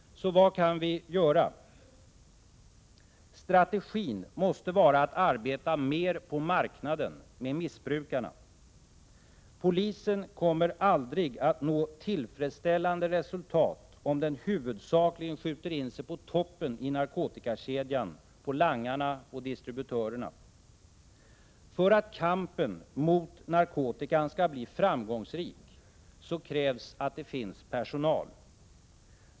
Så vad kan vi göra? Strategin måste vara att arbeta mer på marknaden, med missbrukarna. Polisen kommer aldrig att nå tillfredsställande resultat om den huvudsakligen skjuter in sig på toppen i narkotikakedjan, på langarna och distributörerna. För att kampen mot narkotikan skall bli framgångsrik krävs att det finns personal.